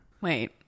Wait